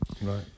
Right